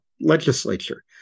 legislature